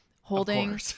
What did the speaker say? holding